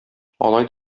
алай